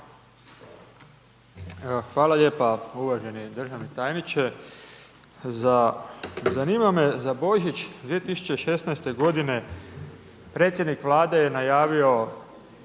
hvala lijepa. Uvaženi državni tajniče, zanima me za Božić 2016. g. predsjednik Vlade je najavio